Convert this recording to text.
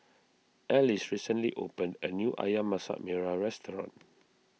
Alys recently opened a new Ayam Masak Merah Restaurant